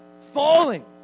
falling